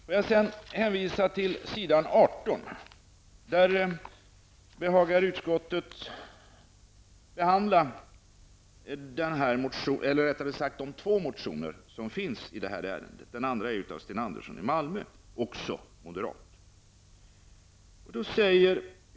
På s. 18 i betänkandet behagar utskottet behandla de två motioner som finns i detta ärende. Den andra har skrivits av Sten Andersson i Malmö, även han moderat.